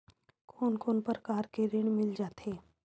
कोन कोन प्रकार के ऋण मिल जाथे?